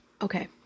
Okay